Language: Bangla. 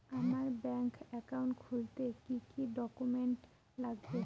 আমার ব্যাংক একাউন্ট খুলতে কি কি ডকুমেন্ট লাগবে?